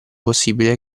possibile